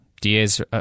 Da's